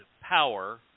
power